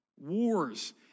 wars